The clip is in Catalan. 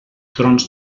trons